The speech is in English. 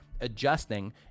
adjusting